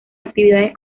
actividades